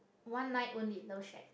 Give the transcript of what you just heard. one night only love shack